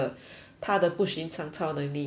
她的不寻常超能力她说